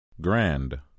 Grand